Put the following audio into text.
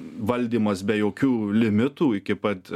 valdymas be jokių limitų iki pat